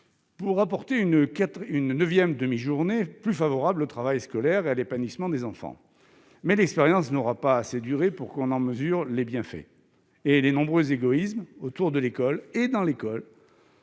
d'introduire une neuvième demi-journée plus favorable au travail scolaire et à l'épanouissement des enfants. Toutefois, l'expérience n'aura pas assez duré pour qu'on en mesure les bienfaits et les nombreux égoïsmes autour de l'école et dans l'école